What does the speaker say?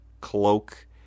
cloak